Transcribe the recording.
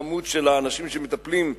בכמות האנשים שמטפלים,